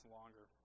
longer